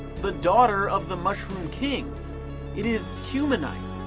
the daughter of the mushroom king it is humanizing.